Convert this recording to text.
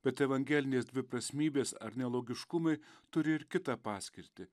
bet evangelinės dviprasmybės ar nelogiškumai turi ir kitą paskirtį